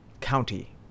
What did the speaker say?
County